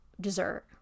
dessert